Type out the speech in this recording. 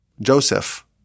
Joseph